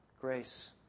grace